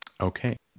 Okay